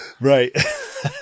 Right